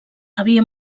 havia